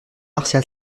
martial